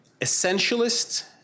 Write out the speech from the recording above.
essentialist